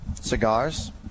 cigars